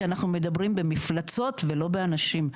כי אנחנו מדברים במפלצות ולא באנשים.